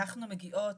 אנחנו מגיעות,